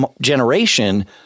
generation